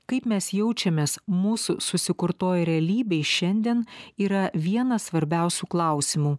kaip mes jaučiamės mūsų susikurtoj realybėj šiandien yra vienas svarbiausių klausimų